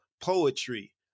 poetry